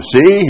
See